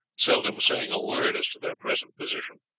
seldom saying a word as to their present position.